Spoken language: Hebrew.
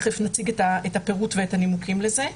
תיכף נציג את הפירוט ואת הנימוקים לזה.